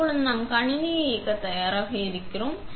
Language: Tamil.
எனவே இப்போது நாம் கணினியை இயக்க தயாராக இருக்கிறோம்